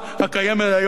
הקיימת היום,